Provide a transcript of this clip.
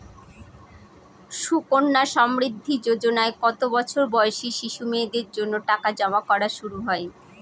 সুকন্যা সমৃদ্ধি যোজনায় কত বছর বয়সী শিশু মেয়েদের জন্য টাকা জমা করা শুরু হয়?